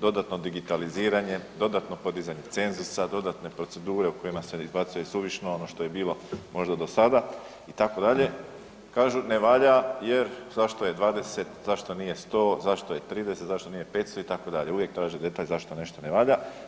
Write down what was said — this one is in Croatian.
dodatno digitaliziranje, dodatno podizanje cenzusa, dodatne procedure u kojima se izbacuje suvišno ono što je bilo možda do sada itd., kažu ne valja jer zašto je 20 zašto nije 100, zašto je 30 zašto nije 500 itd., uvijek traže detalj zašto nešto ne valja.